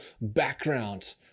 background